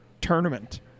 tournament